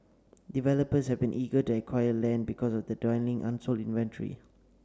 developers have been eager to acquire land because of the dwindling unsold inventory